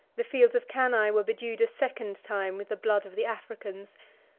the fields of cannae were bedewed a second time with the blood of the africans,